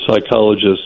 psychologists